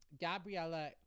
Gabriella